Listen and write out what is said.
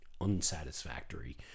unsatisfactory